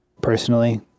personally